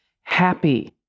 happy